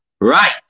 right